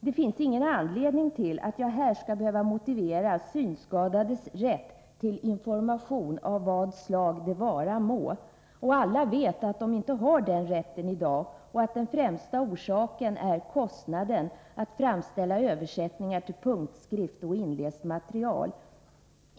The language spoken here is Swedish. Det finns ingen anledning för mig att här motivera de synskadades rätt till information av vad slag det vara må. Alla vet att de inte har den rätten i dag och att den främsta orsaken är kostnaden att framställa översättningar till punktskrift och inläst material.